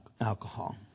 alcohol